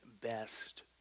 best